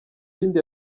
bindi